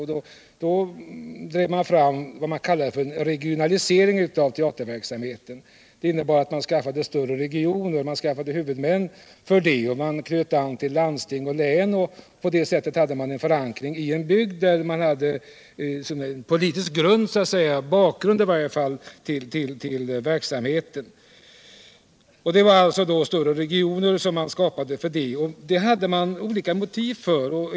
Man drev då fram en regionalisering av teaterverksamheten, alltså en teater med förankring i länet och med landstinget såsom huvudman. På det sättet fick man förankring i en bygd, där man hade politisk bakgrund till verksamheten. Man skapade alltså större regioner för teatrarnas verksamhet. Man hade olika motiv för detta.